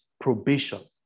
probation